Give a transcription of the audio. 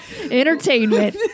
Entertainment